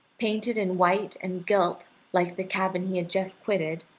painted in white and gilt like the cabin he had just quitted,